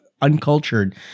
Uncultured